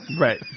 Right